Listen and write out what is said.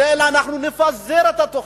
אלא אנחנו נפזר את התוכנית.